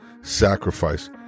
sacrifice